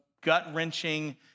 gut-wrenching